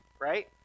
right